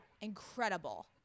incredible